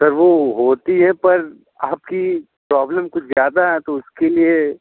sir वो होती है पर आपकी प्रॉब्लम कुछ ज़्यादा है तो उसके लिए